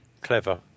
Clever